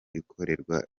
ikorwa